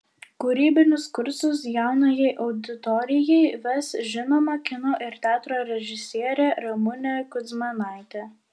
kūrybinius kursus jaunajai auditorijai ves žinoma kino ir teatro režisierė ramunė kudzmanaitė